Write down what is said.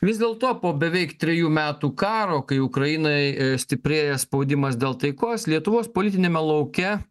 vis dėlto po beveik trejų metų karo kai ukrainai stiprėja spaudimas dėl taikos lietuvos politiniame lauke